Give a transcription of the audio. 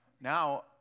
Now